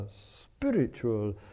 spiritual